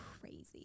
crazy